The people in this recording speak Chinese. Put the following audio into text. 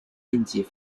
年级